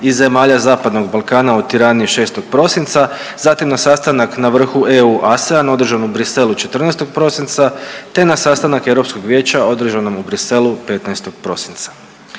i zemalja Zapadnog Balkana u Tirani 6. prosinca, zatim na sastanak na vrhu EU ASEAN održan Bruxellesu 14. prosinca te na sastanak Europskog vijeća održanom u Bruxellesu 15. prosinca.